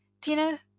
Tina